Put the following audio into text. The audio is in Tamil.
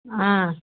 ஆ